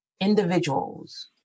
individuals